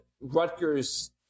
Rutgers